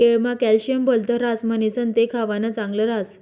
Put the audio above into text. केळमा कॅल्शियम भलत ह्रास म्हणीसण ते खावानं चांगल ह्रास